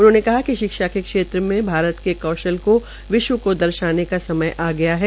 उन्होंने कहा कि शिक्षा के क्षेत्र में भारत के कौशल को विश्व का दर्शाने का समय आ गया है